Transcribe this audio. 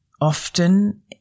often